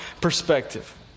perspective